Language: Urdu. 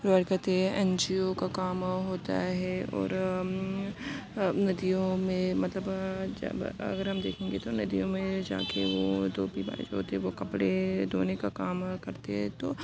پروائیڈ کرتی ہے این جی او کا کام ہوتا ہے اور ندیوں میں مطلب اگر ہم دیکھیں گے تو ندیوں میں جا کے وہ دھوبی بھائی جو ہوتے ہیں وہ کپڑے دھونے کا کام کرتے ہیں تو